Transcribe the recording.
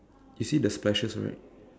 you see the splashes right